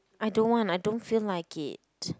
I don't want I don't feel like it